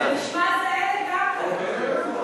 זה נשמע זהה לגמרי.